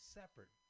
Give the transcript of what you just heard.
separate